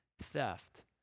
theft